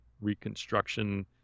Reconstruction